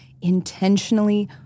intentionally